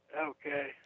Okay